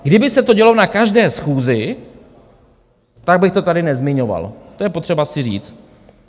Kdyby se to dělo na každé schůzi, tak bych to tady nezmiňoval, to je potřeba si říct.